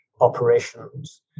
operations